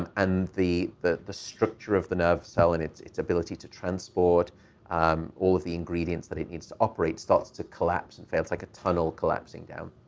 and the the structure of the nerve cell and its its ability to transport um all of the ingredients that it needs to operate starts to collapse and fails like a tunnel collapsing down.